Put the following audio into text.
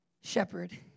shepherd